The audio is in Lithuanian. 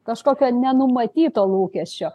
kažkokio nenumatyto lūkesčio